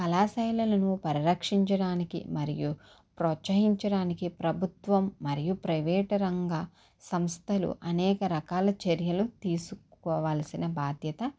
కళా శైలులను పరిరక్షించడానికి మరియు ప్రోత్సహించడానికి ప్రభుత్వం మరియు ప్రైవేటు రంగ సంస్థలు అనేక రకాల చర్యలు తీసుకోవాల్సిన బాధ్యత